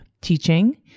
teaching